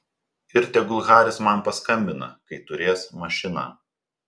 ir tegul haris man paskambina kai turės mašiną